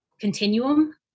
continuum